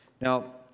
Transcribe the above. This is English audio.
Now